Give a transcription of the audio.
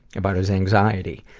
about his anxiety,